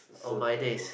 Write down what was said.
on my days